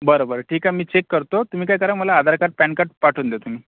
बरं बरं ठीक आहे मी चेक करतो तुम्ही काय करा मला आधार काड पॅन काड पाठवून द्या तुम्ही